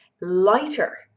lighter